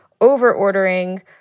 over-ordering